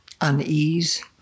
unease